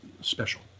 special